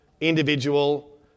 individual